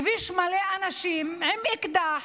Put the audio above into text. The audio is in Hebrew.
כביש מלא אנשים, עם אקדח,